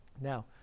Now